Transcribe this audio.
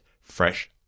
fresh